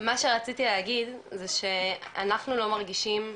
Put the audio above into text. מה שרציתי להגיד זה שאנחנו לא מרגישים,